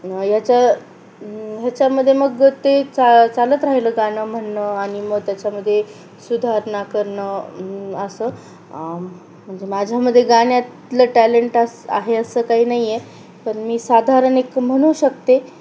याच्या ह्याच्यामध्ये मग ते चा चालत राहिलं गाणं म्हणणं आणि मग त्याच्यामध्ये सुधारणा करणं असं म्हणजे माझ्यामध्ये गाण्यातलं टॅलेंट असं आहे असं काही नाही आहे पण मी साधारण एक म्हणू शकते